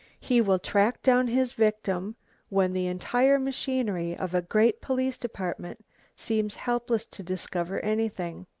he will track down his victim when the entire machinery of a great police department seems helpless to discover anything.